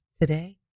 today